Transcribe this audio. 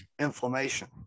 inflammation